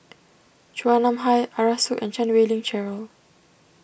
Chua Nam Hai Arasu and Chan Wei Ling Cheryl